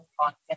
content